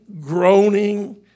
groaning